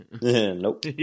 Nope